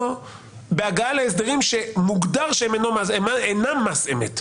בהגעה להסדרים שמוגדר שהם אינם מס אמת.